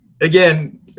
Again